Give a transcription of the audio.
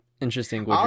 Interesting